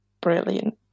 brilliant